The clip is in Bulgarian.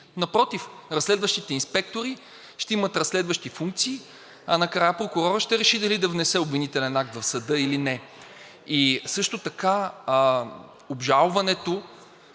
Напротив, разследващите инспектори ще имат разследващи функции, а накрая прокурорът ще реши дали да внесе обвинителен акт в съда или не. Също така обжалването